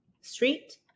Street